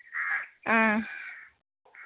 ஆ